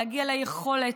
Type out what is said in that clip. להגיע ליכולת,